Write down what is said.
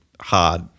hard